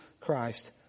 Christ